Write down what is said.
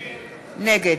נגד